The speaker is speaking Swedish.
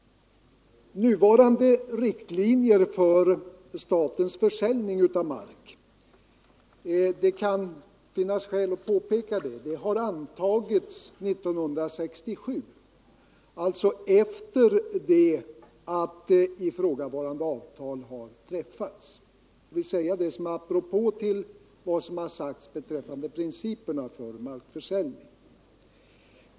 Nuvarande riktlinjer för statens försäljning av mark — det kan finnas skäl att påpeka det — har antagits 1967, alltså efter det att ifrågavarande avtal träffats. Jag vill nämna detta som ett apropå till vad som sagts beträffande principerna för markförsäljning.